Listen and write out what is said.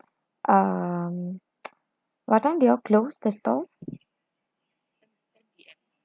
um what time do you close the store